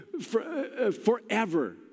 forever